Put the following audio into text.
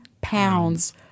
pounds